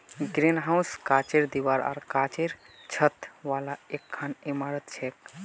greenhouse कांचेर दीवार आर कांचेर छत वाली एकखन इमारत छिके